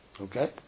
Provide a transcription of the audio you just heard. Okay